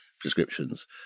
prescriptions